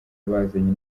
bazanye